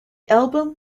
album